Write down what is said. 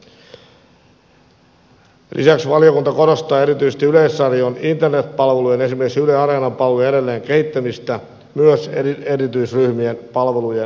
lisäksi valiokunta korostaa erityisesti yleisradion internetpalvelujen esimerkiksi yle areenan palvelujen edelleenkehittämistä myös erityisryhmien palvelujen parantamiseksi